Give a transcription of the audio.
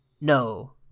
No